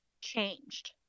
changed